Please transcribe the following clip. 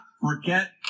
forget